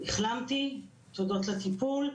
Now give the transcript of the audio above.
החלמתי תודות לטיפול,